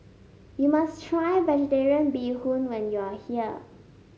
you must try vegetarian Bee Hoon when you are here